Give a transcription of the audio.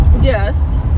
yes